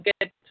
get